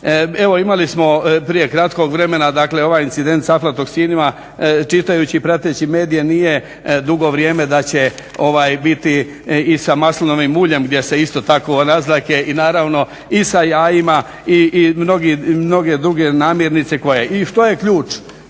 Evo imali smo prije kratkog vremena, dakle ovaj incident sa aflatoksinima čitajući i prateći medije nije dugo vrijeme da će biti i sa maslinovim uljem gdje se isto tako naznake. I naravno i sa jajima i mnoge druge namirnice. I što je ključ?